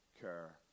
care